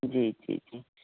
जी जी जी